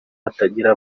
hatagira